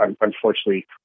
unfortunately